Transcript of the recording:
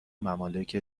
ممالک